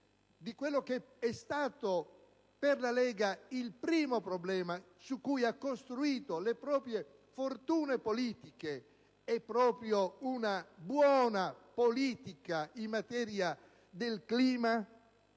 di quello che è stato il primo problema su cui ha costruito le proprie fortune politiche è proprio una buona politica in materia di clima?